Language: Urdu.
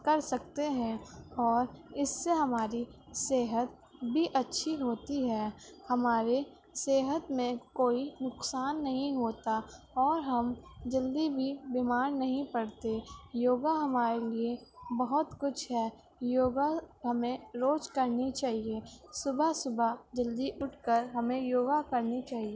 کر سکتے ہیں اور اس سے ہماری صحت بھی اچھی ہوتی ہے ہمارے صحت میں کوئی نقصان نہیں ہوتا اور ہم جلدی بھی بیمار نہیں پڑتے یوگا ہمارے لیے بہت کچھ ہے یوگا ہمیں روز کرنی چاہیے صبح صبح جلدی اٹھ کر ہمیں یوگا کرنی چاہیے